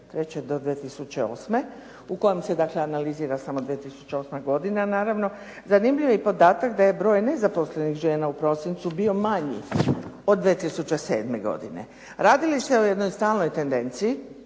u kojem se dakle analizira samo 2008. godina naravno, zanimljiv je i podatak da je broj nezaposlenih žena u prosincu bio manji od 2007. godine. Radi li se o jednoj stalnoj tendenciji